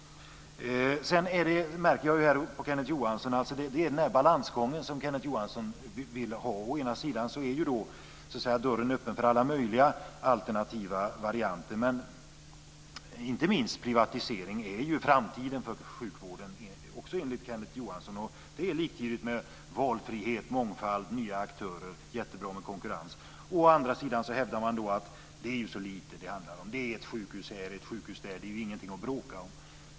Sedan märkte jag att det är en balansgång som Kenneth Johansson vill ha. Å ena sidan är dörren öppen för alla möjliga alternativa varianter. Men inte minst privatisering är ju framtiden också enligt Kenneth Johansson. Det är liktydigt med valfrihet, mångfald, nya aktörer och att det är jättebra med konkurrens. Å andra sidan hävdar man att det är så lite det handlar om. Det är ett sjukhus här och ett sjukhus där. Det är ingenting att bråka om.